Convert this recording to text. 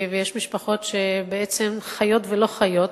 ויש משפחות שבעצם חיות ולא חיות